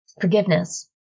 Forgiveness